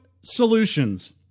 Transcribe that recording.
solutions